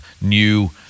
new